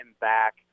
back